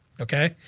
Okay